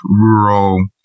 rural